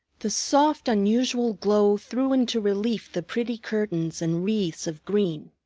the soft, unusual glow threw into relief the pretty curtains and wreaths of green,